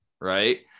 Right